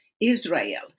Israel